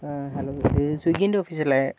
ആ ഹലോ ഇത് സ്വിഗ്ഗീൻ്റെ ഓഫീസല്ലേ